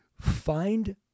Find